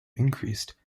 increased